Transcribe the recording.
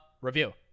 review